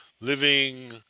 living